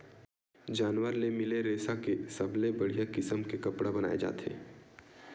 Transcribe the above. जानवर ले मिले रेसा के सबले बड़िया किसम के कपड़ा बनाए जाथे